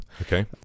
okay